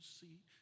see